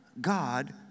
God